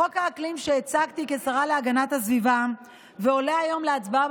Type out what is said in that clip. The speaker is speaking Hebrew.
חוק האקלים שהצגתי כשרה להגנת הסביבה ועולה היום להצבעה